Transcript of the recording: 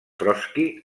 trotski